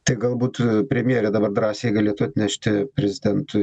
tai galbūt premjerė dabar drąsiai galėtų atnešti prezidentui